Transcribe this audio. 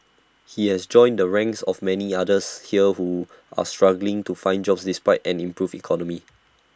he has joined the ranks of many others here who are struggling to find jobs despite an improved economy